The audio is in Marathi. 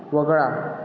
वगळा